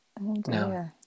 no